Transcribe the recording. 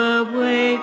away